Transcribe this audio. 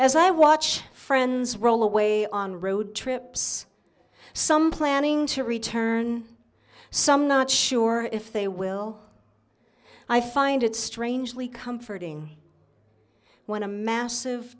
as i watch friends roll away on road trips some planning to return some not sure if they will i find it strangely comforting when a massive